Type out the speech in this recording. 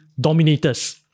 dominators